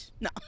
No